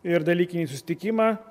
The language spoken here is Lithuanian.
ir dalykinį susitikimą